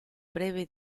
breve